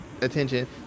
attention